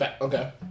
okay